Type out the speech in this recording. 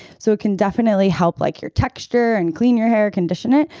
so it can definitely help like your texture and clean your hair condition it,